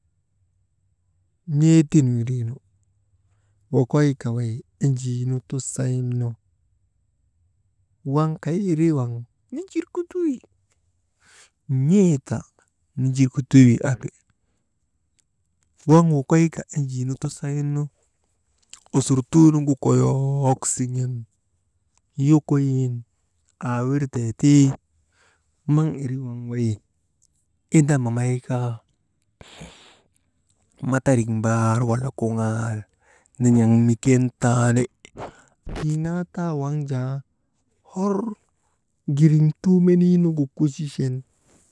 N̰ee tiŋ ndrii wokoyka wey enjii nu, tusayinnu, waŋ kay irii wav ninjirkutuu wi, n̰ee ta ninjirkutuu wi ari, waŋ wokoyka enjii nu tusayinu, osurtuunu koyook siŋen yokoyin aawirtee tii maŋ irii waŋ wey inda mamaykaa matarik mbaar wala kuŋaal, nin̰aŋ mikentaani, annaa taa waŋ jaa hor girimtuu meniinugu kuchechen.